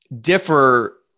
differ